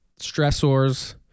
stressors